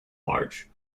large